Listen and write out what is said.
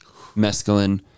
mescaline